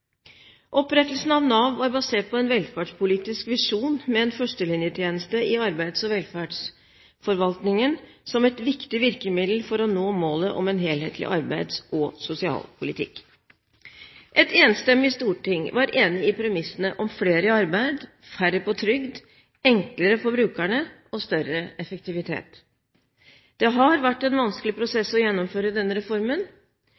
Opprettelsen av Nav var basert på en velferdspolitisk visjon, med en førstelinjetjeneste i arbeids- og velferdsforvaltningen som et viktig virkemiddel for å nå målet om en helhetlig arbeids- og sosialpolitikk. Et enstemmig storting var enig i premissene om flere i arbeid, færre på trygd, enklere for brukerne og større effektivitet. Det har vært en vanskelig